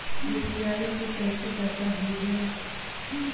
UPI से कईसे पैसा भेजब?